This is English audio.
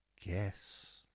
guess